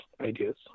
ideas